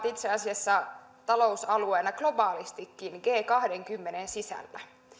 itse asiassa pohjoismaat ovat talousalueena suuri globaalistikin g kahdenkymmenen sisällä